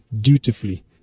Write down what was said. dutifully